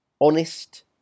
honest